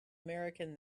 american